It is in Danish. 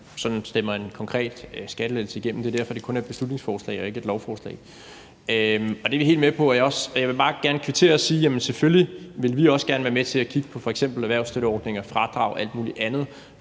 sådan stemmer en konkret skattelettelse igennem – det er derfor, det kun er et beslutningsforslag og ikke et lovforslag – og det er vi helt med på. Jeg vil bare gerne kvittere og sige, at selvfølgelig vil vi også gerne være med til at kigge på f.eks. erhvervsstøtteordninger, fradrag og alt muligt andet